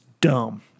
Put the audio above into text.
dumb